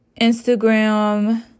Instagram